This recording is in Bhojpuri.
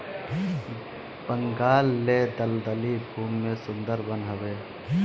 बंगाल ले दलदली भूमि में सुंदर वन हवे